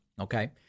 Okay